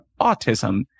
autism